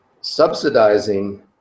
subsidizing